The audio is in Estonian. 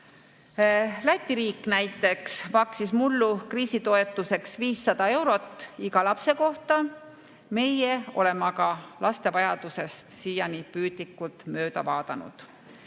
riik näiteks maksis mullu kriisitoetuseks 500 eurot iga lapse kohta. Meie oleme aga laste vajadustest siiani püüdlikult mööda vaadanud.